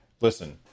Listen